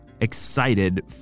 excited